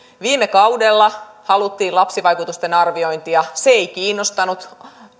viime kaudella haluttiin lapsivaikutusten arviointia se ei kiinnostanut